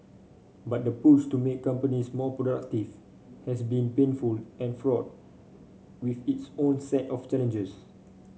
but the push to make companies more productive has been painful and fraught with its own set of challenges